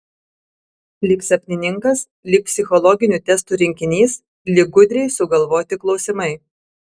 lyg sapnininkas lyg psichologinių testų rinkinys lyg gudriai sugalvoti klausimai